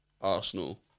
Arsenal